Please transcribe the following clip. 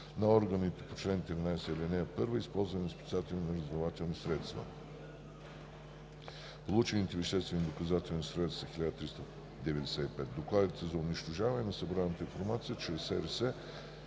на органите по чл. 13, ал. 1 от ЗСРС използване на специални разузнавателни средства. Получените веществени доказателствени средства са 1395. Докладите за унищожаване на събраната информация чрез